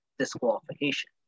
disqualification